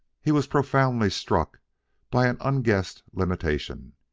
he was profoundly struck by an unguessed limitation.